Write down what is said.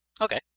Okay